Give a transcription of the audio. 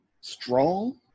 strong